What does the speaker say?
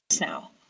now